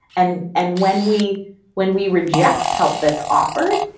and and when we when we reject help that's offered,